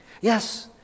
Yes